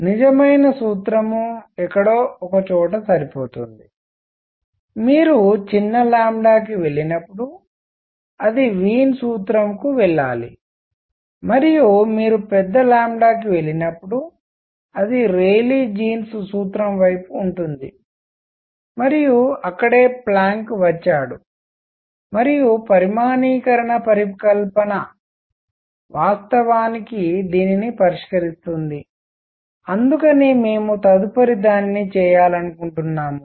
నిజమైన సూత్రం ఎక్కడో ఒకచోట సరిపోతుంది మీరు చిన్న కి వెళ్ళినప్పుడు అది వీన్ సూత్రం కు వెళ్ళాలి మరియు మీరు పెద్ద కి వెళ్ళినప్పుడు అది ర్యాలీ జీన్స్ సూత్రం వైపు ఉంటుంది మరియు అక్కడే ప్లాంక్ వచ్చాడు మరియు పరిమాణీకరణ పరికల్పన వాస్తవానికి దీనిని పరిష్కరిస్తుంది అందుకని మేము తదుపరి దానిని చేయాలనుకుంటున్నాము